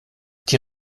die